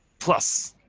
plus,